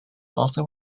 also